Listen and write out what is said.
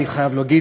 אני חייב להגיד,